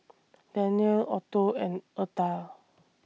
Danyelle Otho and Eartha